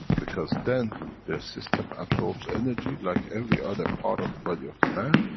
because then, their system absorbs energy like every other part of the body of the man.